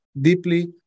deeply